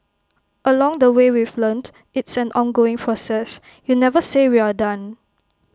along the way we've learnt it's an ongoing process you never say we're done